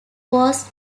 was